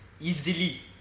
easily